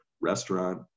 restaurant